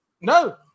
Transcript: No